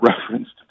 referenced